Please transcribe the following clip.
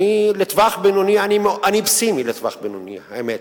בטווח בינוני אני פסימי, האמת.